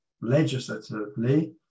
legislatively